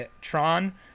Tron